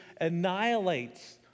annihilates